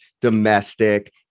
domestic